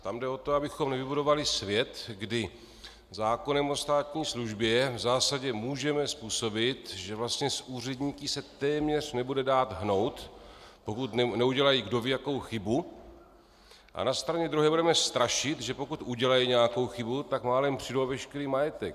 Tam jde o to, abychom nevybudovali svět, kdy zákonem o státní službě v zásadě můžeme způsobit, že vlastně s úředníky se téměř nebude dát hnout, pokud neudělají kdovíjakou chybu, a na straně druhé budeme strašit, že pokud udělají nějakou chybu, tak málem přijdou o veškerý majetek.